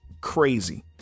crazy